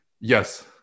Yes